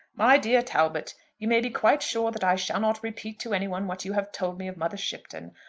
my dear talbot you may be quite sure that i shall not repeat to any one what you have told me of mother shipton.